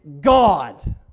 god